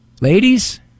ladies